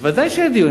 ודאי שיהיה דיון.